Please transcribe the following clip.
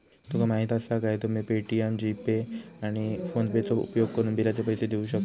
तुका माहीती आसा काय, तुम्ही पे.टी.एम, जी.पे, आणि फोनेपेचो उपयोगकरून बिलाचे पैसे देऊ शकतास